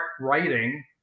writing